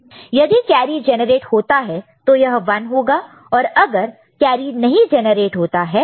तो यदि carry generate होता है तो यह 1 होगा और अगर यदि कैरी नहीं जेनरेट होता है तो यह 0 होगा